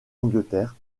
angleterre